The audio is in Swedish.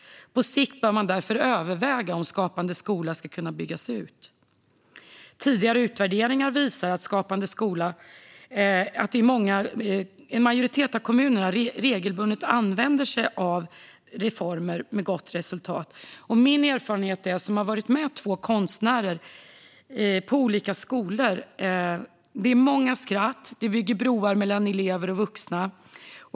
På sikt bör man därför överväga om Skapande skola ska byggas ut. Tidigare utvärderingar av Skapande skola har visat att en stor majoritet bland kommunerna regelbundet har använt sig av reformer med gott resultat. Min erfarenhet - jag har följt med två konstnärer på olika skolor - är att det blir många skratt, och det bygger broar mellan elever och vuxna.